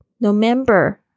November